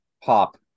Pop